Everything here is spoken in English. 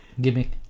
gimmick